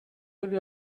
حالی